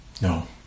No